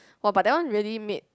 wa but that one really made